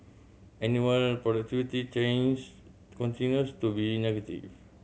annual change continues to be negative